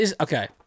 Okay